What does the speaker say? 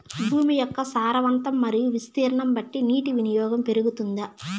భూమి యొక్క సారవంతం మరియు విస్తీర్ణం బట్టి నీటి వినియోగం పెరుగుతుందా?